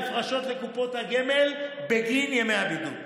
יהיו הפרשות לקופות הגמל בגין ימי הבידוד.